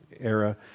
era